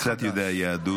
אני קצת יודע יהדות.